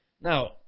Now